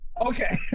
Okay